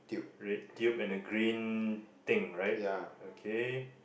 red guild and the green thing right okay